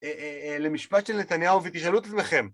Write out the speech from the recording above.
למשפט של נתניהו ותשאלו את עצמכם